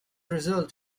results